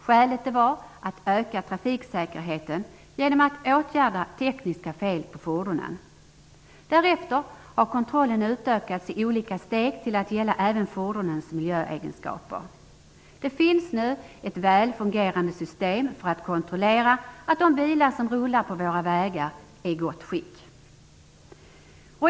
Skälet var att öka trafiksäkerheten genom att åtgärda tekniska fel på fordonen. Därefter har kontrollen utökats i olika steg till att gälla även fordonens miljöegenskaper. Det finns nu ett väl fungerande system för att kontrollera att de bilar som rullar på våra vägar är i gott skick.